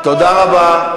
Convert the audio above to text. תודה רבה.